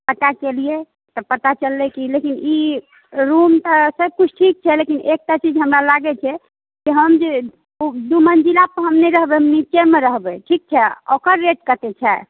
पता केलियै तऽ पता चललै कि लेकिन ई रूम तऽ सभकिछु ठीक छै लेकिन एकटा चीज हमरा लगैत छै दुमञ्जिलापर हम नहि रहबनि नीचेमे रहबै ठीक छै ओकर रेट कतेक छै